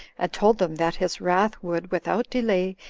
and told them that his wrath would, without delay,